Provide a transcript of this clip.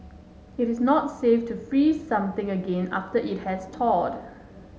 it is not safe to freeze something again after it has thawed